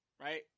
right